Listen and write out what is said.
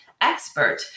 expert